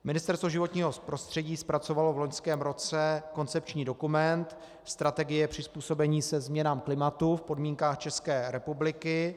Ministerstvo životního prostředí zpracovalo v loňském roce koncepční dokument Strategie přizpůsobení se změnám klimatu v podmínkách České republiky.